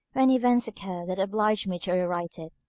when events occurred that obliged me to rewrite it,